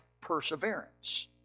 perseverance